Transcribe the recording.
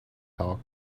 talk